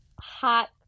hot